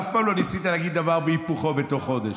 אף פעם לא ניסית להגיד דבר והיפוכו בתוך חודש.